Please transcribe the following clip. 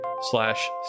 slash